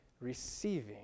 receiving